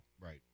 Right